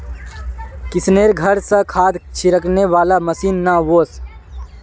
किशनेर घर स खाद छिड़कने वाला मशीन ने वोस